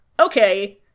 Okay